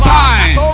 time